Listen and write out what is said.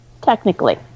technically